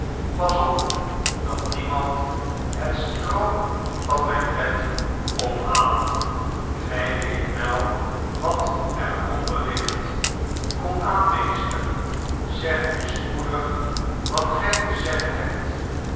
pas op dat niemand het stroo van mijn bed omhaalt gij weet wel wat er onder ligt kom aan meester zeg nu spoedig wat gij te zeggen hebt